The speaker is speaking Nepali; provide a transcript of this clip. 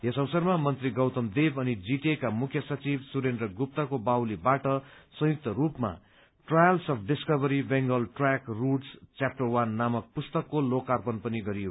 यस अवसरमा मन्त्री गौतम देव अनि जीटीएका मुख्य सचिव सुरेन्द्र गुप्तको बाहुलीबाट संयुक्त रूपमा trials of discover Bengal track routes chapter one नामक पुस्तकको लोकार्पण पनि गरियो